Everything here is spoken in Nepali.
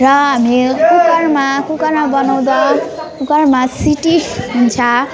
र हामी कुकरमा कुकरमा बनाउँदा कुकरमा सिटी हुन्छ